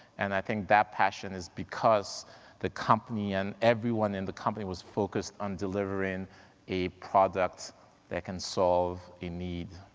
and i think that passion is because the company and everyone in the company was focused on delivering a product that can solve a need.